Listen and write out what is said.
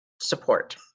support